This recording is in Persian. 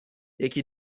یکی